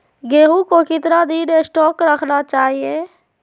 गेंहू को कितना दिन स्टोक रखना चाइए?